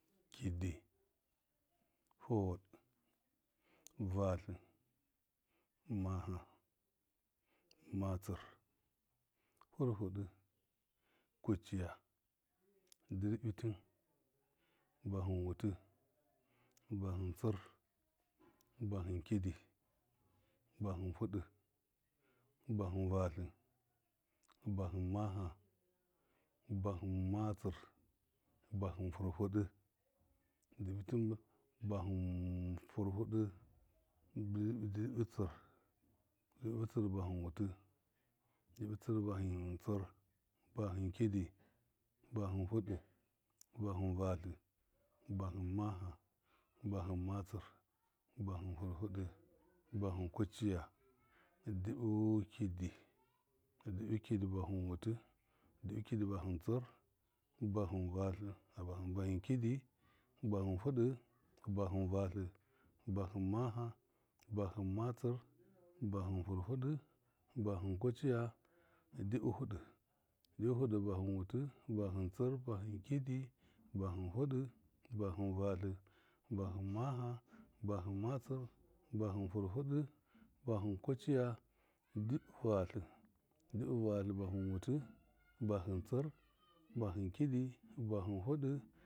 Kidi, fidɨ, vatlɨ, maha, matsi, firfɨ dɨ, kuciya, dṫɨrbi tim, bahɨn wutir, bahɨn sir, bahɨn kidi, bahɨn fidɨ bahɨn vatlɨ, bahɨn maha, mahɨn matsir, bahɨn firfɨ dɨ, didi bahɨn furfidi didi bi tsir, dibi tsṫr bahɨn wutɨ, dibi tsir bahɨn tsɨr, bahɨn kidi, bahɨn fidɨ, bahɨn vatlɨ, bahɨn maha, bahɨn matsir, bahɨ firfɨ dɨ, bahɨn kuciya, dibɨ kidi, dib kidi bahɨn wuhɨ dibɨ kidi bahɨ, tsɨr bahɨn vatlɨ, a bahɨn, kidi, bahɨn fɨdɨ, bahɨn vatlɨ, bahn maha, bahɨn matsɨr, bahɨn fir fiɗɨ, bahɨn kuya ciya, dibṫ fidɨ, dibi fṫdɨ bahɨn wutɨ, bahɨn tsɨr, bahɨn kidi bahɨn fɨfv bahɨn vatlɨ, bahɨn maha, bahɨn matsṫr, bahɨn fɨɗɨ, bahɨn kuciya, dibɨ vatlɨ, dibɨ vatlɨ, bahɨn witɨ, bahɨ tsɨr, bahṫɦn kidi, bahɨn fɨɗɨ.